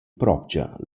propcha